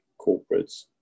corporates